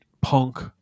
punk